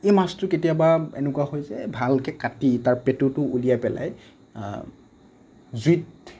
এই মাছটো কেতিয়াবা এনেকুৱা হয় যে এই ভালকৈ কাটি তাৰ পেটুটো উলিয়াই পেলাই জুইত